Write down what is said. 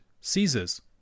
Caesar's